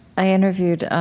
i interviewed,